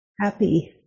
happy